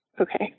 Okay